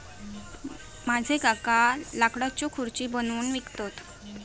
माझे काका लाकडाच्यो खुर्ची बनवून विकतत